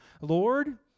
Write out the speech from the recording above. Lord